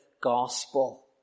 gospel